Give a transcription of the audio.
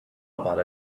about